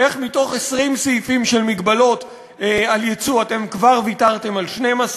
איך מתוך 20 סעיפים של מגבלות על יצוא אתם כבר ויתרתם על 12,